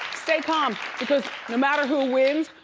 stay calm because no matter who wins,